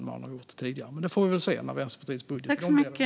Vi får väl se hur det blir med det i Vänsterpartiets budget.